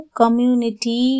community